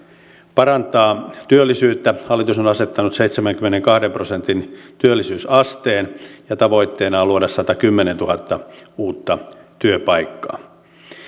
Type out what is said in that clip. parantaa työllisyyttä hallitus on on asettanut seitsemänkymmenenkahden prosentin työllisyysasteen ja tavoitteena on luoda satakymmentätuhatta uutta työpaikkaa